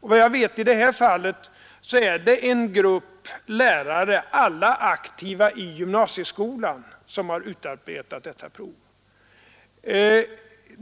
Och vad jag vet är det i detta speciella fall en grupp lärare, alla aktiva i gymnasieskolan, som har utarbetat provet.